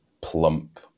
plump